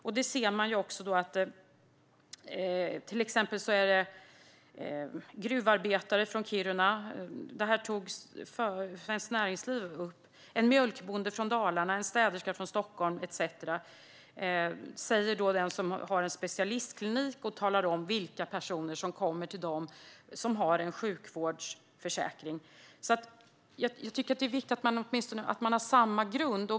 Som Svenskt Näringsliv tagit upp kan det gälla till exempel en gruvarbetare från Kiruna, en mjölkbonde från Dalarna eller en städerska från Stockholm. Det sägs av en person som har en specialistklinik och talar om vilka personer med sjukvårdsförsäkring som kommer dit. Jag tycker att det är viktigt att man åtminstone har samma grund.